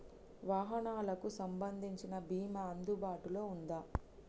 వాహనాలకు సంబంధించిన బీమా అందుబాటులో ఉందా?